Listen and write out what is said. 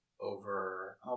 over